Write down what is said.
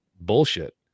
bullshit